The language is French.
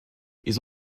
ils